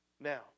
Now